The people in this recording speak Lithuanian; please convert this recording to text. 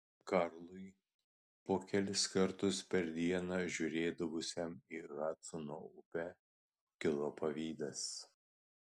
karlui po kelis kartus per dieną žiūrėdavusiam į hadsono upę kilo pavydas